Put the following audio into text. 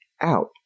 out